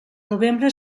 novembre